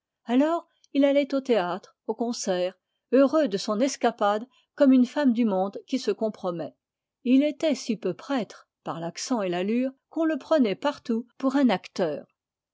alors il allait au théâtre au concert heureux de son escapade comme une femme du monde qui se compromet et il était si peu prêtre par l'accent et par l'allure qu'on le prenait partout pour un acteur